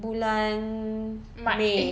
bulan may